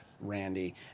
Randy